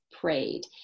prayed